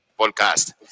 podcast